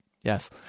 Yes